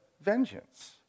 vengeance